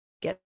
get